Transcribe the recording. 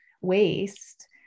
waste